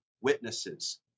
witnesses